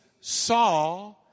saw